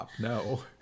No